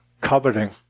coveting